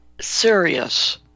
serious